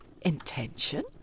Intention